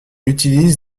utilise